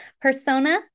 persona